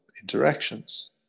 interactions